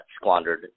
squandered